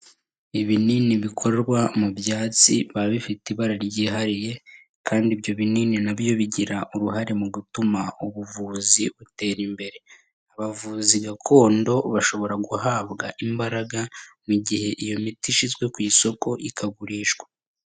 Ibinini bikorwa mu byatsi biba bifite ibara ryihariye kandi ibyo binini na byo bigira uruhare mu gutuma ubuvuzi butera imbere. Abavuzi gakondo bashobora guhabwa imbaraga mu gihe iyo miti ishyizwe ku isoko ikagurishwa.